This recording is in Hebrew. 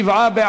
התשע"ה 2014,